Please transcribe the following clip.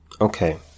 Okay